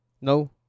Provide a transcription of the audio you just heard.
No